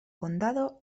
condado